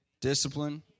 discipline